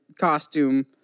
costume